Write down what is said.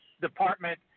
Department